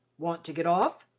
want to get off?